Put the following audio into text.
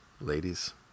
Ladies